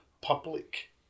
public